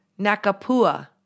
Nakapua